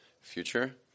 future